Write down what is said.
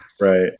Right